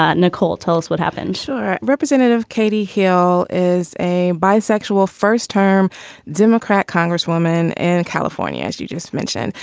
ah nicole tell us what happened representative katie hill is a bisexual first term democrat congresswoman and california as you just mentioned.